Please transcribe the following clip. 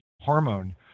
hormone